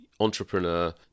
Entrepreneur